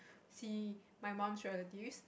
see my mum's relatives